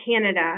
Canada